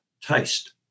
taste